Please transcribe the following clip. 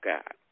God